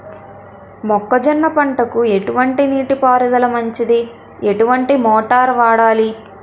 మొక్కజొన్న పంటకు ఎటువంటి నీటి పారుదల మంచిది? ఎటువంటి మోటార్ వాడాలి?